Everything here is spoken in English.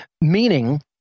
Meaning